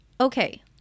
Okay